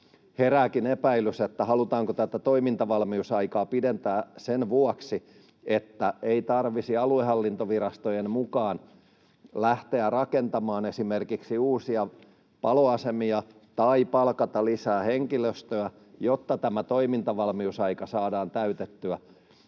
Herääkin epäilys, halutaanko tätä toimintavalmiusaikaa pidentää sen vuoksi, että ei tarvitsisi aluehallintovirastojen mukaan lähteä rakentamaan esimerkiksi uusia paloasemia tai palkata lisää henkilöstöä, jotta tämä toimintavalmiusaika saadaan täytettyä.